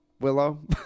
Willow